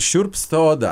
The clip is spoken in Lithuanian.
šiurpsta oda